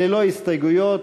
ללא הסתייגויות.